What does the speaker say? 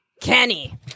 Kenny